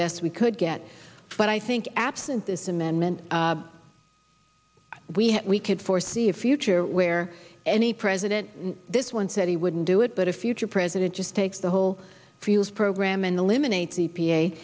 best we could get but i think absent this amendment we had we could foresee a future where any president this one said he wouldn't do it but a future president just takes the whole feels program and eliminate